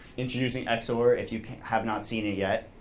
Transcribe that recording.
introducing xor if you have not seen it yet.